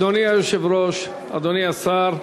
אדוני היושב-ראש, אדוני השר,